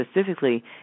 specifically